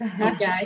Okay